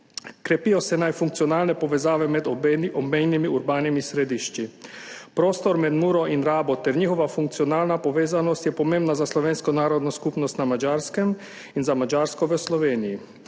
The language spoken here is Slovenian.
Krepijo se naj funkcionalne povezave med obema obmejnima urbanima središčema. Prostor med Muro in Rabo ter njegova funkcionalna povezanost je pomembna za slovensko narodno skupnost na Madžarskem in za madžarsko v Sloveniji.